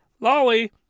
lolly